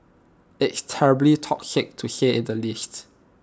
it's terribly toxic to say at the least